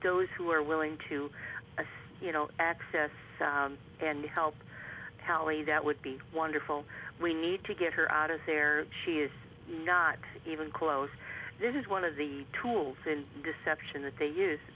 doze who are willing to assist you know access and help tally that would be wonderful we need to get her out of there she is not even close this is one of the tools in deception that they use